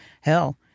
hell